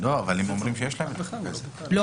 לא